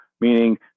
meaning